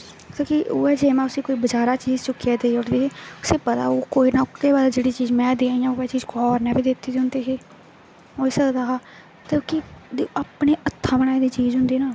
क्योंकि उ'यै जे में उसी कोई बज़ारा चीज चुक्कियै चीज देई ओड़दी उसी पता ना ओह् कोई जेह्ड़ी चीज़ में देआं उ'ऐ चीज़ कुसै होर ने बी दित्ती दी होंदी ही होई सकदा हां क्योंकि अपने हत्था बनाई दी चीज होंदी ना